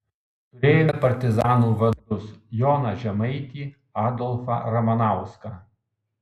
turėjome partizanų vadus joną žemaitį adolfą ramanauską